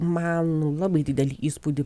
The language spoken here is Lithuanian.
man labai didelį įspūdį